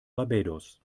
barbados